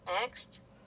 Next